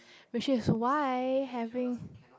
which is why having